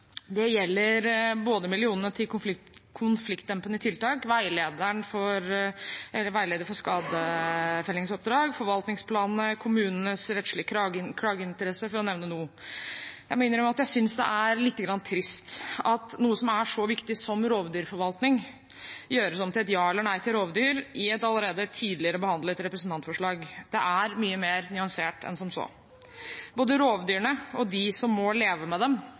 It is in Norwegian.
Det gjelder både millionene til konfliktdempende tiltak, veileder for skadefellingsoppdrag, forvaltningsplanene og kommunenes rettslige klageinteresse, for å nevne noe. Jeg må innrømme at jeg synes det er litt trist at noe som er så viktig som rovdyrforvaltning, gjøres om til et ja eller nei til rovdyr i et allerede tidligere behandlet representantforslag. Det er mye mer nyansert enn som så. Både rovdyrene og de som må leve med dem,